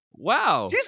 Wow